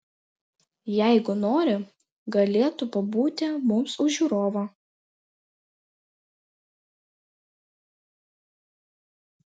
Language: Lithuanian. jeigu nori galėtų pabūti mums už žiūrovą